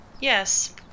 Yes